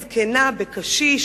"זקנה" ב"קשיש",